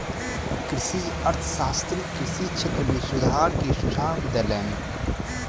कृषि अर्थशास्त्री कृषि क्षेत्र में सुधार के सुझाव देलैन